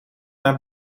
naar